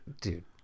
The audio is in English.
Dude